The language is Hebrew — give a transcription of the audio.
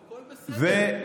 הכול בסדר.